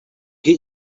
get